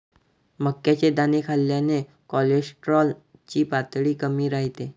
मक्याचे दाणे खाल्ल्याने कोलेस्टेरॉल ची पातळी कमी राहते